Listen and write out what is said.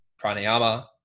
pranayama